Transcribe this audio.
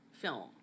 film